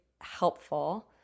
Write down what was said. helpful